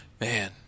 Man